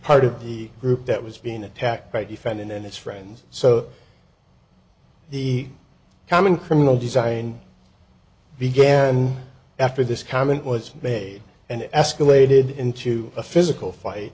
part of the group that was being attacked by defendant and his friends so the common criminal design began after this comment was made and escalated into a physical fight